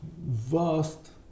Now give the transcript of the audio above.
vast